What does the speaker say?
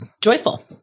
joyful